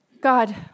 God